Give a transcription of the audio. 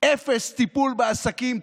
אפס טיפול בעסקים,